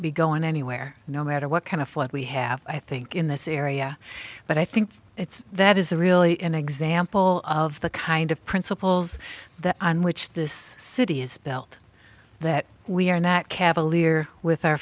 be going anywhere no matter what kind of what we have i think in this area but i think it's that is a really in example of the kind of principles that on which this city is built that we are not cavalier with our